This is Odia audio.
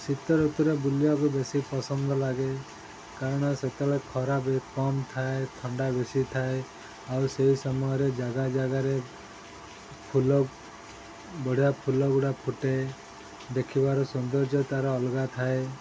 ଶୀତ ଋତୁୁର ବୁଲିବାକୁ ବେଶୀ ପସନ୍ଦ ଲାଗେ କାରଣ ସେତେବେଳେ ଖରା ବି କମ ଥାଏ ଥଣ୍ଡା ବେଶୀ ଥାଏ ଆଉ ସେଇ ସମୟରେ ଜାଗା ଜାଗାରେ ଫୁଲ ବଢ଼ିଆ ଫୁଲଗୁଡ଼ା ଫୁଟେ ଦେଖିବାର ସୌନ୍ଦର୍ଯ୍ୟ ତାର ଅଲଗା ଥାଏ